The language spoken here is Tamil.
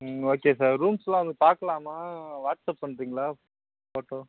ம் ஓகே சார் ரூம்ஸ் எல்லாம் வந்து பார்க்கலாமா வாட்ஸ்அப் பண்ணுறீங்களா ஃபோட்டோ